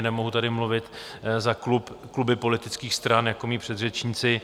Nemohu tady mluvit za klub, kluby politických stran, jako moji předřečníci.